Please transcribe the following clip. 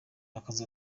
akazi